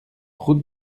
route